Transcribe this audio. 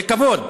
זה כבוד,